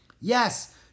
Yes